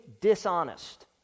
dishonest